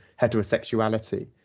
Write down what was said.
heterosexuality